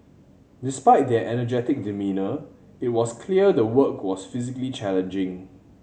despite their energetic demeanour it was clear the work was physically challenging